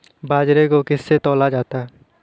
बाजरे को किससे तौला जाता है बताएँ?